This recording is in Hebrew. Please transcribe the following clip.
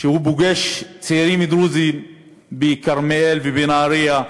שהוא פוגש צעירים דרוזים בכרמיאל ובנהריה,